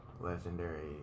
legendary